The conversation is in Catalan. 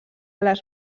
les